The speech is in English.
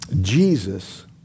Jesus